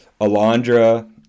Alondra